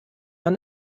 man